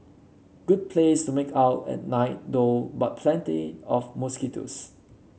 good place to make out at night though but plenty of mosquitoes